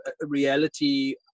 reality